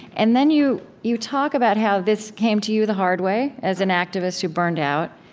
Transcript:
and then you you talk about how this came to you the hard way, as an activist who burned out.